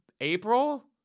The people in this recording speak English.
April